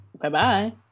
Bye-bye